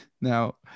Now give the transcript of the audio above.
Now